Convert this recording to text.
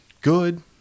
good